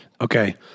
Okay